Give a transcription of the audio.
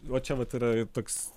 va čia vat yra toks